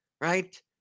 right